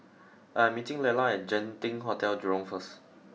I'm meeting Lela at Genting Hotel Jurong first